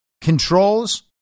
controls